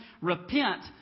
Repent